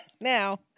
now